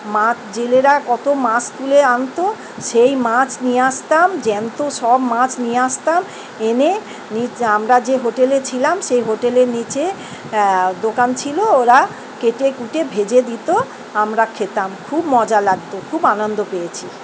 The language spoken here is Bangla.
মা জেলেরা কত মাছ তুলে আনতো সেই মাছ নিয়ে আসতাম জ্যান্ত সব মাছ নিয়ে আসতাম এনে নিচ আমরা যে হোটেলে ছিলাম সেই হোটেলে নীচে দোকান ছিলো ওরা কেটে কুটে ভেজে দিতো আমরা খেতাম খুব মজা লাগতো খুব আনন্দ পেয়েছি